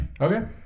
okay